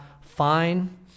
fine